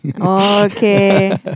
Okay